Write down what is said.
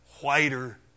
whiter